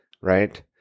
right